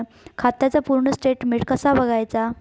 खात्याचा पूर्ण स्टेटमेट कसा बगायचा?